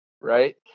right